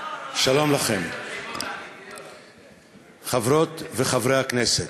שלום לכם, חברות וחברי הכנסת,